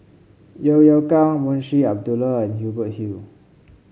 Yeo Yeow Kwang Munshi Abdullah and Hubert Hill